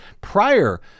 Prior